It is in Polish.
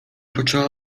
poczęła